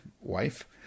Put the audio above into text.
wife